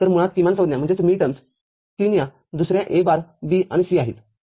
तर मुळात किमान संज्ञा३ या तुमच्या A बार B आणि C आहेत